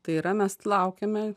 tai yra mes laukiame